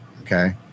okay